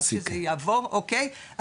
אוקיי.